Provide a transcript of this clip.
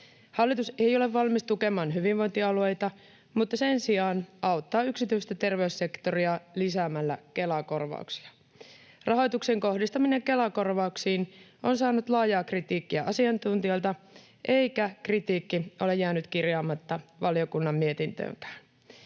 Hallitus ei ole valmis tukemaan hyvinvointialueita, mutta sen sijaan auttaa yksityistä terveyssektoria lisäämällä Kela-korvauksia. Rahoituksen kohdistaminen Kela-korvauksiin on saanut laajaa kritiikkiä asiantuntijoilta, eikä kritiikki ole jäänyt kirjaamatta valiokunnan mietintöönkään.